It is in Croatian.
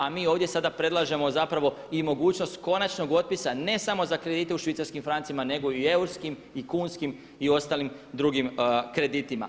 A mi ovdje sada predlažemo zapravo i mogućnost konačnog otpisa ne samo za kredite u švicarskim francima, nego i u eurskim i kunskim i ostalim drugim kreditima.